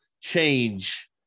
change